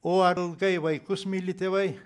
o ar ilgai vaikus myli tėvai